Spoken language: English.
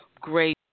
great